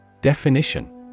Definition